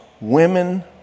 women